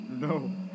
No